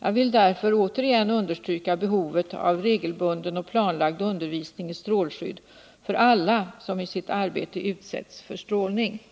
Jag vill därför återigen understryka behovet av regelbunden och planlagd undervisning i strålskydd för alla som i sitt arbete utsätts för strålning.